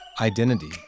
identity